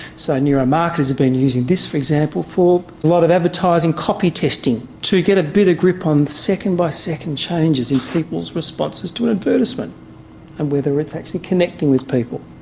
so neuromarketers have been using this for example for a lot of advertising copy testing to get a better grip on second by second changes in people's responses to advertisements and whether it's actually connecting with people.